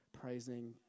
praising